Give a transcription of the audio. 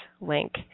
link